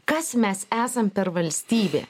kas mes esam per valstybė